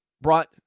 brought